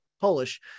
Polish